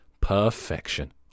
Perfection